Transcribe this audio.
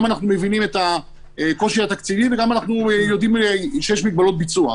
אנחנו גם מבינים את הקושי התקציבי ואנחנו גם יודעים שיש מגבלות ביצוע.